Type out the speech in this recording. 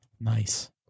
Nice